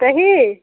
পেহী